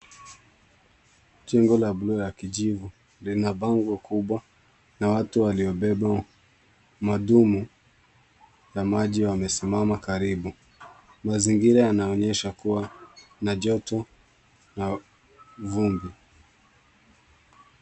Jengo la bluu la kijivu. Lina bango kubwa na watu waliobeba madumu ya maji wamesimama karibu. Mazingira yanaonyesha kuwa kuna joto na vumbi.